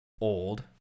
old